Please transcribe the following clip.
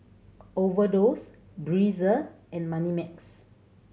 Overdose Breezer and Moneymax